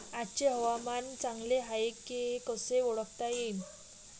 आजचे हवामान चांगले हाये हे कसे ओळखता येईन?